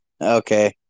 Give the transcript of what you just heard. Okay